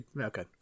okay